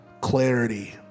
Clarity